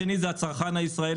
השני שנפגע זה הצרכן הישראלי,